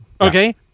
Okay